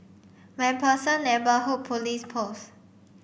MacPherson Neighbourhood Police Post